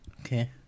okay